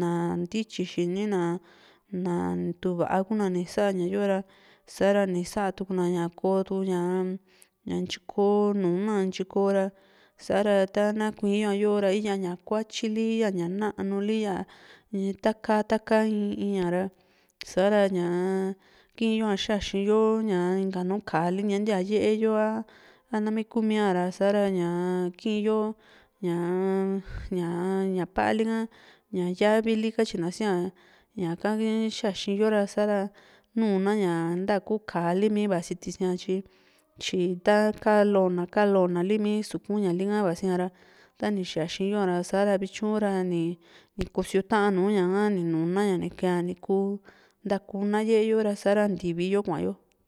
na ntítyi xini na´a kuna na tu´uva kuna sa´ña yora sa´ra ni satuukuna ña ko tukuñ ña ña ntyi ko nunaa ntyi ko´ra sa´ra tana kui´n yo ñayo ra ya ña kuatyili iya ñaa nanuli iyaa taka taka in in a ra sa´ra ñaa kii´yo a xaxiyo ña inka nu Kali ña ntia ye´e oa nami kumia ra ñaa kii´yo ñaa ña ña palika ñaa yavili katyina sia ñaka xaxiyo ra sa´ra nuna ña ntaku kalimi vasi tisia tyi tyi taka lo+ na ka lo´na mii suku´n ñali ka vasiara tani xaxiyo ña ra vityu ni kusio ta´an ña nu´yaña ña ka nu nuna ña ni keeña kuu ntakuna yè´e yo ra sa´ra ntivi yo kuayo